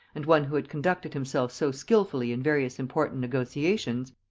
and one who had conducted himself so skilfully in various important negotiations,